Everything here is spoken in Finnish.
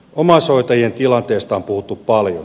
omaishoitajien tilanteesta on puhuttu paljon